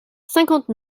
cinquante